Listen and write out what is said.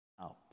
out